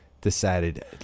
decided